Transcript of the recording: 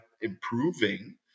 improving